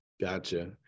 Gotcha